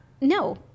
no